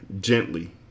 gently